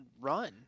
run